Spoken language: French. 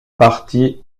partie